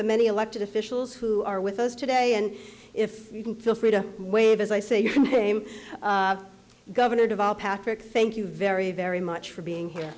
the many elected officials who are with us today and if you can feel free to wave as i say your name governor deval patrick thank you very very much for being here